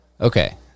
Okay